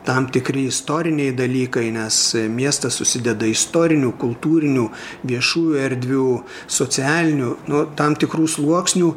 tam tikri istoriniai dalykai nes miestas susideda istorinių kultūrinių viešųjų erdvių socialinių nu tam tikrų sluoksnių